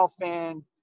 fan